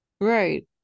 Right